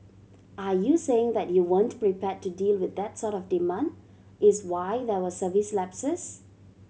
are you saying that you weren't prepared to deal with that sort of demand is why there were service lapses